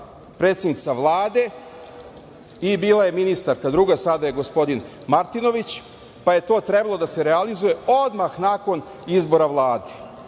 predsednica Vlade i bila je ministarka druga, sada je gospodin Martinović, pa je to trebalo da se realizuje odmah nakon izbor Vlade,